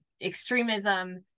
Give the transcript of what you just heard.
extremism